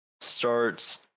starts